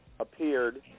appeared